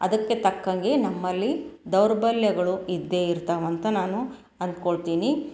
ಅದಕ್ಕೆ ತಕ್ಕಂಗೆ ನಮ್ಮಲ್ಲಿ ದೌರ್ಬಲ್ಯಗಳು ಇದ್ದೇ ಇರ್ತಾವೆ ಅಂತ ನಾನು ಅಂದ್ಕೊಳ್ತೀನಿ